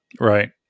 Right